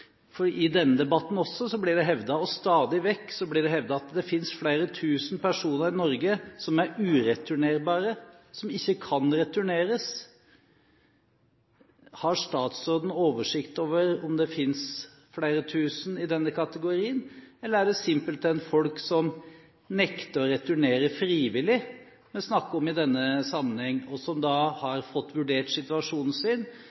at det finnes flere tusen personer i Norge som er ureturnerbare, som ikke kan returneres. Har statsråden oversikt over om det finnes flere tusen i denne kategorien, eller er det simpelthen folk som nekter å returnere frivillig, vi snakker om i denne sammenheng, og som da har fått vurdert situasjonen sin